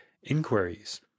inquiries